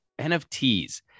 nfts